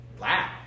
Wow